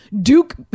Duke